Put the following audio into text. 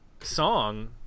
song